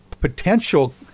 potential